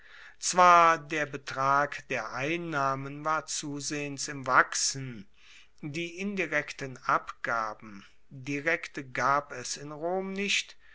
zwar der betrag der einnahmen war zusehends im wachsen die indirekten abgaben direkte gab es in rom nicht